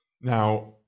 Now